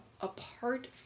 apart